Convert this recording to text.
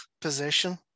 position